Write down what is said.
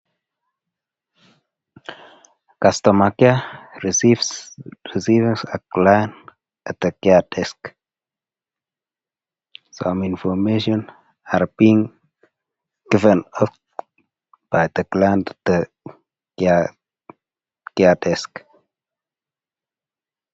Customer care recieves a client at the Care Desk. Some information are being given out by the client at the Care Desk .